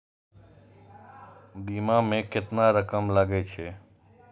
बीमा में केतना रकम लगे छै?